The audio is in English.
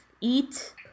eat